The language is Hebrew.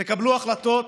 תקבלו החלטות.